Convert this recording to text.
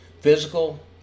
Physical